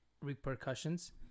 repercussions